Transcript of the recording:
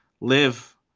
live